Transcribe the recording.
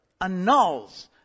annuls